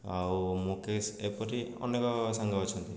ଆଉ ମୁକେଶ ଏପରି ଅନେକ ସାଙ୍ଗ ଅଛନ୍ତି